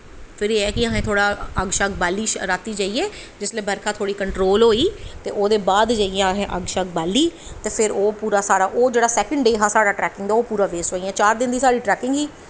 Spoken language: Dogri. ते फिर एह् ऐ कि थोह्ड़ा अग्ग शग्ग बाली रातीं जाइयै जिसलै बरखा थोह्ड़ी कंट्रोल होई ते ओह्दे बाद जाइयै अग्ग शग्ग बाली असें ते पूरा ओह्दे सैकंड डे हा साढ़ा ट्रैकिंग दा ते ओह् पूरा बेस्ट होइया चार दिन दी साढ़ी ट्रैकिंग ही